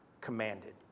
commanded